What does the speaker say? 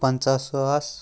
پنٛژاہ ساس